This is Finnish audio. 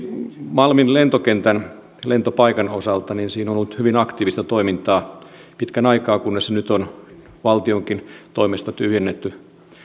malmin lentokentän lentopaikan osalta siinä on ollut hyvin aktiivista toimintaa pitkän aikaa kunnes sitä nyt on valtionkin toimesta tyhjennetty